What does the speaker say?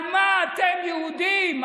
על מה אתם יהודים?